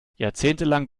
jahrzehntelang